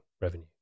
revenue